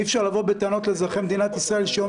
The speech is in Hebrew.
אי אפשר לבוא בטענות לאזרחי מדינת ישראל שיום